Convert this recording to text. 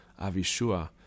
Avishua